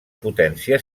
potència